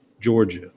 Georgia